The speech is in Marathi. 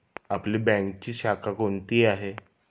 आपली बँकेची शाखा कोणती आहे